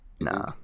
Nah